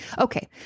Okay